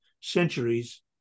centuries